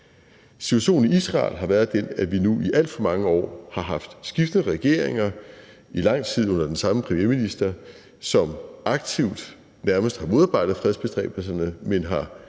Situationen i Israel har været den, at vi nu i alt for mange år har haft skiftende regeringer i lang tid under den samme premierminister, som aktivt nærmest har modarbejdet fredsbestræbelserne og har